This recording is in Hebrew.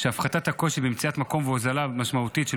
שהפחתת הקושי במציאת מקום והורדה משמעותית של